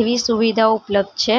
એવી સુવિધા ઉપલબ્ધ છે